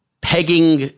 pegging